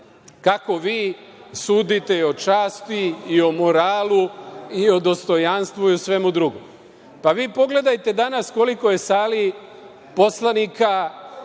kako vi sudite i o časti i o moralu i o dostojanstvu i o svemu drugom. Pa, vi pogledajte danas koliko je u sali poslanika